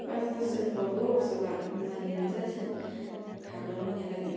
फास हाजारसो थाबाबो अरजाला होमबानियानो जासिगोन हागोन मानियालागै